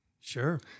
Sure